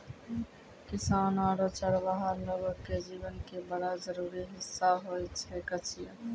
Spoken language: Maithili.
किसान आरो चरवाहा लोगो के जीवन के बड़ा जरूरी हिस्सा होय छै कचिया